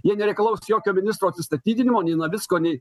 jie nereikalaus jokio ministro atsistatydinimo nei navicko nei